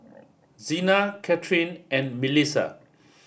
Xena Katharine and Milissa